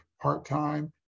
part-time